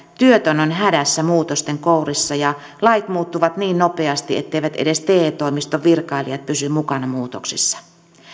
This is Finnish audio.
työtön on hädässä muutosten kourissa ja lait muuttuvat niin nopeasti etteivät edes te toimiston virkailijat pysy mukana muutoksessa